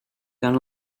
can